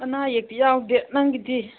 ꯑꯅꯥ ꯑꯌꯦꯛꯇꯤ ꯌꯥꯎꯗꯦ ꯅꯪꯒꯤꯗꯤ